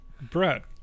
Brett